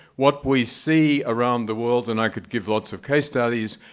what we see around the world, and i could give lots of case studies,